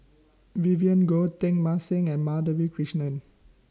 Vivien Goh Teng Mah Seng and Madhavi Krishnan